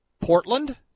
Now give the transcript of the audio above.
Portland